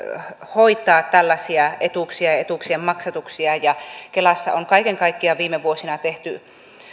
hoitaa tällaisia etuuksia ja etuuksien maksatuksia ja kelassa on kaiken kaikkiaan viime vuosina tehty